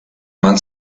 man